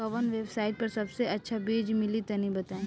कवन वेबसाइट पर सबसे अच्छा बीज मिली तनि बताई?